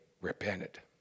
repented